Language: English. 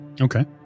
okay